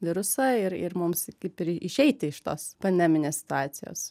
virusą ir ir mums kaip ir išeiti iš tos pandeminės situacijos